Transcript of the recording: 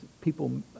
people